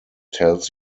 tells